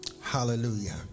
Hallelujah